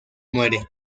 muere